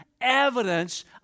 evidence